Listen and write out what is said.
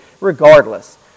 regardless